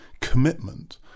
commitment